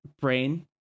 brain